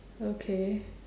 okay